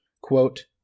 Quote